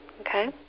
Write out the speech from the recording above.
Okay